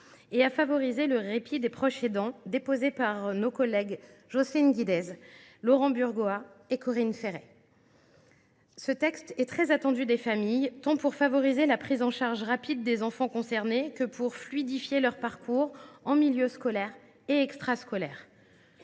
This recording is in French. et à favoriser le répit des proches aidants, dont les trois premiers signataires sont nos collègues Jocelyne Guidez, Laurent Burgoa et Corinne Féret. Ce texte est très attendu des familles, tant pour favoriser la prise en charge rapide des enfants concernés que pour fluidifier leur parcours en milieu scolaire et extrascolaire.